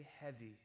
heavy